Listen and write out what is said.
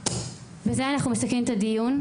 בזה אנחנו מסכמים את הדיון.